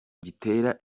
gitera